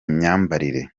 myambarire